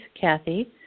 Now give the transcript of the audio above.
Kathy